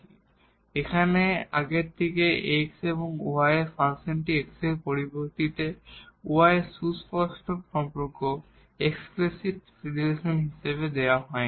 এখন এখানে আগের থেকে এই x y এর ফাংশনটি x এর পরিপ্রেক্ষিতে y এর এক্সপ্লিসিট সম্পর্ক হিসাবে দেওয়া হয়নি